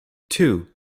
two